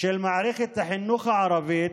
של מערכת החינוך הערבית,